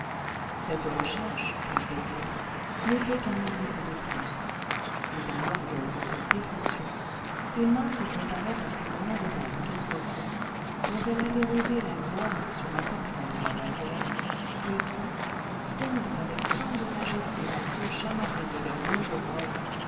cette recherche pensait-elle n'était qu'un mérite de plus et dans l'orgueil de sa dévotion emma se comparait à ces grandes dames d'autrefois dont elle avait rêvé la gloire sur un portrait de la vallière et qui traînant avec tant de majesté la queue chamarrée de leurs longues robes